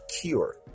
cure